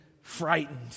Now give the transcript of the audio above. frightened